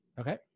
Okay